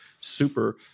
super